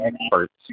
experts